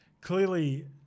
clearly